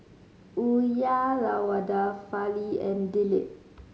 Uyyalawada Fali and Dilip